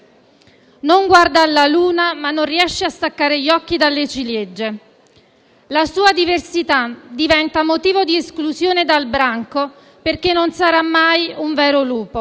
non guarda alla luna, ma non riesce a staccare gli occhi dalle ciliegie. La sua diversità diventa un motivo di esclusione dal branco perché non sarà mai un vero lupo.